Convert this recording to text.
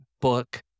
book